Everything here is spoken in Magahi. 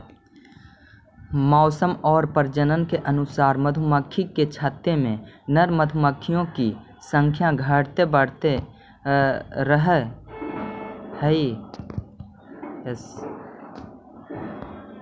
मौसम और प्रजनन के अनुसार मधुमक्खी के छत्ते में नर मधुमक्खियों की संख्या घटते बढ़ते रहअ हई